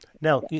Now